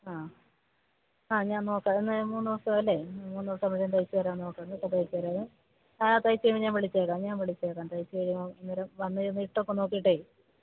ആ ആ ഞാൻ നോക്കാം എന്നാല് ഞാൻ മൂന്ന് ദിവസമല്ലേ മൂന്ന് ദിവസം തയ്ച്ചുതരാന് നോക്കാം കേട്ടോ തയ്ച്ചുതരാം ആ തയ്ച്ച് കഴിഞ്ഞ് ഞാൻ വിളിച്ചേക്കാം ഞാൻ വിളിച്ചേക്കാം തയ്ച്ച് കഴിയുമ്പോള് അന്നേരം വന്ന് ഇതൊന്ന് ഇട്ടൊക്കെ നോക്കിയിട്ട്